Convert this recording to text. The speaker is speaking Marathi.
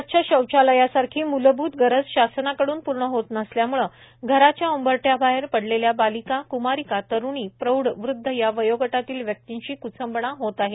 स्वच्छ शौचालयासारखी मूलभूत गरज शासनाकडून पूर्ण होत नसल्याम्ळे घराच्या उंबरठ्याबाहेर पडलेल्या बालिका क्मारिका तरुणी प्रौढ वृद्ध या वयोगटातील व्यक्तिंची क्ंचबणा होत आहे